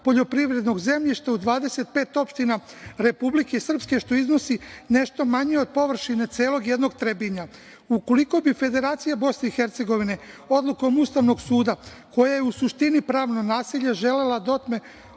poljoprivrednog zemljišta u 25 opština Republike Srpske što iznosi nešto manje od površine celog jednog Trebinja. Ukoliko bi Federacija Bosne i Hercegovine odlukom Ustavnog suda, koja je u suštini pravno nasilje želela da otme